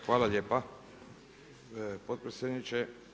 Hvala lijepa potpredsjedniče.